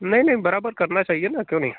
नहीं नहीं बराबर करना चाहिए ना क्यूँ नहीं